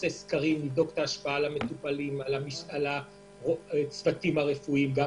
נבדוק את ההשפעה על המטופלים ועל הצוותים, על